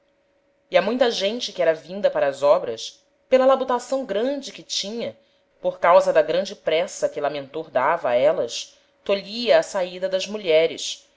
e a muita gente que era vinda para as obras pela labutação grande que tinha por causa da grande pressa que lamentor dava a élas tolhia a saida das mulheres